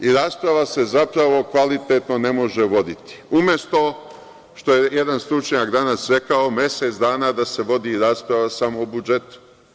I, rasprava se zapravo kvalitetno ne može voditi, umesto što je jedan stručnjak danas rekao, mesec dana da se vodi rasprava samo o budžetu.